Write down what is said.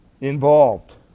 involved